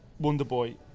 Wonderboy